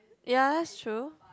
ya that's true